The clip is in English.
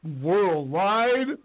Worldwide